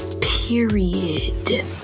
period